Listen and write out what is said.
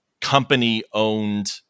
company-owned